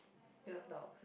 you love dogs